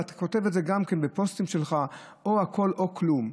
ואתה כותב את זה גם בפוסטים שלך: או הכול או כלום.